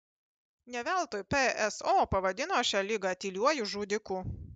ne veltui pso pavadino šią ligą tyliuoju žudiku